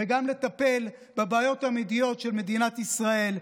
וגם לטפל בבעיות האמיתיות של מדינת ישראל.